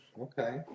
okay